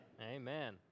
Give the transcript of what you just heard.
Amen